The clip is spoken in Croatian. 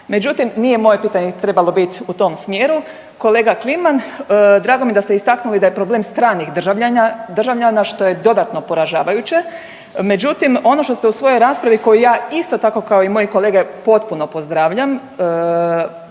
Međutim, nije moje pitanje trebalo biti u tom smjeru kolega Kliman drago mi je da ste istaknuli da je problem stranih državljana što je dodatno poražavajuće, međutim ono što ste u svojoj raspravi koju ja isto tako kao i moji kolege potpuno pozdravljam